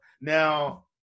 Now